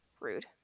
Rude